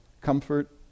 comfort